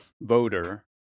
voter